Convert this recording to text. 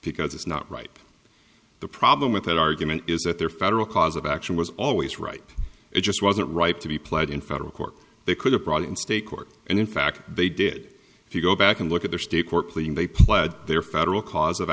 because it's not right the problem with that argument is that their federal cause of action was always right it just wasn't right to be applied in federal court they could have brought in state court and in fact they did if you go back and look at their state court pleading they pledged their federal cause of